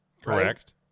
Correct